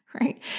right